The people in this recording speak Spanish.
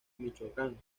michoacán